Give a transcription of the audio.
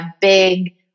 big